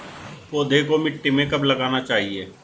पौधे को मिट्टी में कब लगाना चाहिए?